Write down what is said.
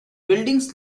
buildings